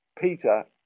Peter